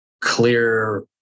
clear